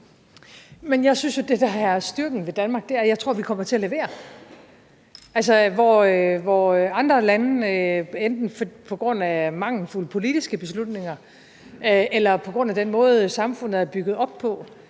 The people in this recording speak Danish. det, der er styrken ved Danmark, er, at jeg tror, vi kommer til at levere. Hvor andre lande enten på grund af mangelfulde politiske beslutninger eller på grund af den måde, samfundet er bygget op på,